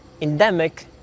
endemic